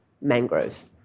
mangroves